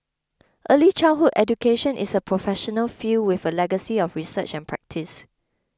early childhood education is a professional field with a legacy of research and practice